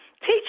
Teach